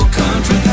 country